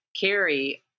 Carrie